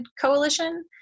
coalition